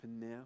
now